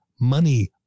money